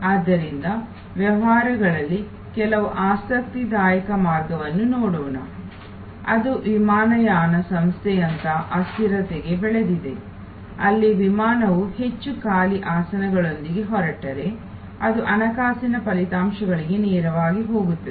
ಆದ್ದರಿಂದ ವ್ಯವಹಾರಗಳಲ್ಲಿ ಕೆಲವು ಆಸಕ್ತಿದಾಯಕ ಮಾರ್ಗಗಳನ್ನು ನೋಡೋಣ ಅದು ವಿಮಾನಯಾನ ಸಂಸ್ಥೆಯಂತಹ ಅಸ್ಥಿರತೆಗೆ ಬೆಳೆದಿದೆ ಅಲ್ಲಿ ವಿಮಾನವು ಹೆಚ್ಚು ಖಾಲಿ ಆಸನಗಳೊಂದಿಗೆ ಹೊರಟರೆ ಅದು ಹಣಕಾಸಿನ ಫಲಿತಾಂಶಗಳಿಗೆ ನೇರವಾಗಿ ಹೋಗುತ್ತದೆ